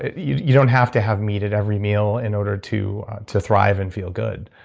you you don't have to have meat at every meal in order to to thrive and feel good.